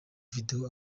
video